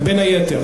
בין היתר.